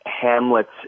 Hamlet's